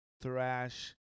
thrash